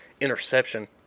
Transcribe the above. interception